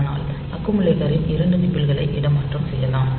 ஆனால் அக்குமுலேட்டரின் இரண்டு நிபில்களை இடமாற்றம் செய்யலாம்